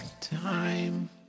time